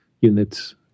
units